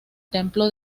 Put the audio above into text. templo